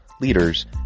leaders